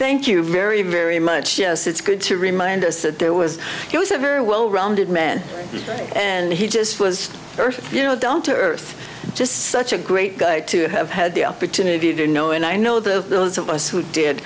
thank you very very much it's good to remind us that there was he was a very well rounded man and he just was earth you know down to earth just such a great guy to have had the opportunity to know and i know the those of us who did